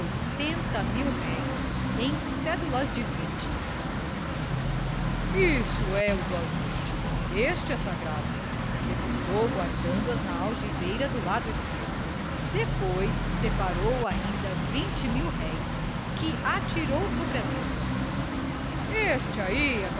oitenta mil-réis em cédulas de vinte isto é o do ajuste este é sagrado acrescentou guardando as na algibeira do lado esquerdo depois separou ainda vinte mil-réis que atirou sobre a mesa esse aí